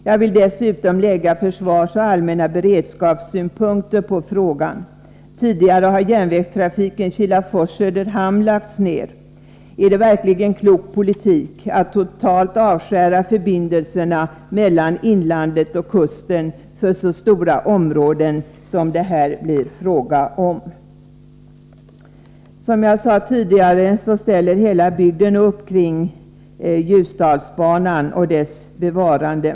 Jag vill dessutom anlägga försvarsoch allmänna beredskapssynpunkter på frågan. Tidigare har järnvägstrafiken Kilafors-Söderhamn lagts ned. Är det verkligen klok politik att totalt avskära förbindelserna mellan inlandet och kusten för så stora områden som det här blir fråga om? Som jag sade tidigare ställer hela bygden upp kring Ljusdalsbanan och dess bevarande.